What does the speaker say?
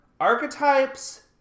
Archetypes